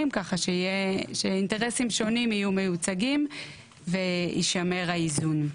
כך שאינטרסים שונים יהיו מיוצגים ויישמר האיזון.